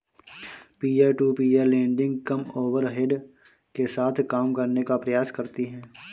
peer to peer lending कम overhead के साथ काम करने का प्रयास करती हैं